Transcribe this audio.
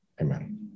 Amen